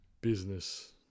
business